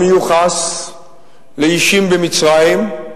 המיוחס לאישים במצרים,